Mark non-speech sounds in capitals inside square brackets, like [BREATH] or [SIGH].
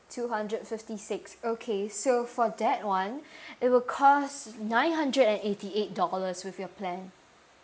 two hundred fifty six okay so for that [one] [BREATH] it will cost nine hundred and eighty eight dollars with your plan